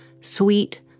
sweet